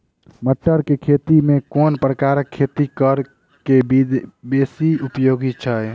मटर केँ खेती मे केँ प्रकार केँ खेती करऽ केँ विधि बेसी उपयोगी छै?